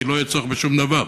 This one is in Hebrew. כי לא יהיה צורך בשום דבר,